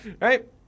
Right